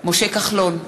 משה כחלון,